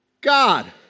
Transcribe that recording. God